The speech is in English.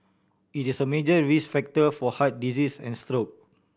it is a major risk factor for heart diseases and stroke